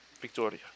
Victoria